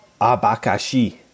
Abakashi